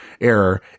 error